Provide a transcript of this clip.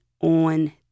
on